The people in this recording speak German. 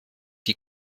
die